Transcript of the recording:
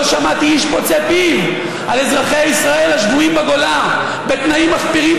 לא שמעתי איש פוצה פיו על אזרחי ישראל השבויים בגולה בתנאים מחפירים,